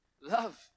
Love